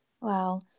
Wow